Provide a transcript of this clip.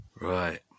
Right